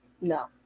no